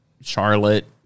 Charlotte